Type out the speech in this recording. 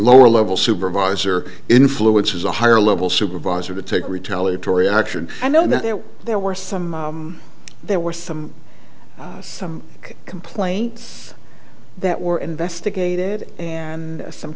lower level supervisor influences a higher level supervisor to take retaliatory action and know that if there were some there were some some complaints that were investigated and some